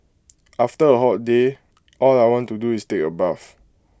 after A hot day all I want to do is take A bath